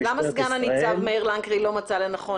למה סגן נציב מאיר לנקרי לא מצא לנכון